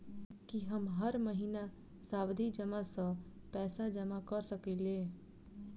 की हम हर महीना सावधि जमा सँ पैसा जमा करऽ सकलिये?